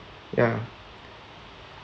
ya